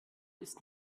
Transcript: ist